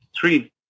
Three